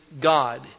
God